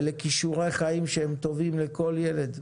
אלה כישורי חיים שהם טובים לכל ילד.